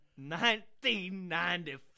1994